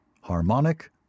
harmonic